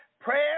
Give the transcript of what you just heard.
prayer